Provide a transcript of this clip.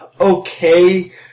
okay